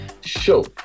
show